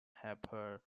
hyper